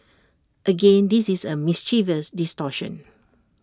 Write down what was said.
again this is A mischievous distortion